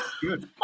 Good